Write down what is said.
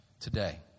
today